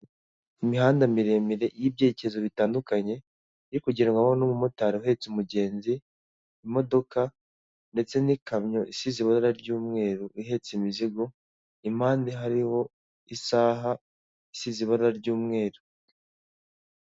Imihanda miremire y'ibyerekezo bitandukanye, iri kugerwaho n'umumotari uhetse umugenzi, imodoka, ndetse n'ikamyo isize ibara ry'umweru, ihetse imizigo, impande hariho isaha isize ibara ry'umweru.